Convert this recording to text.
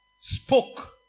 spoke